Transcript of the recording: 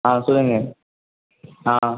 ஆ சொல்லுங்கள் ஆ